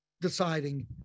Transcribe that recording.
deciding